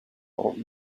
old